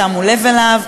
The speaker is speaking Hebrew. שמו לב אליו,